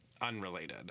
unrelated